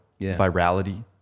virality